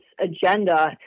agenda